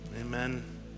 Amen